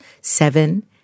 seven